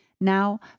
Now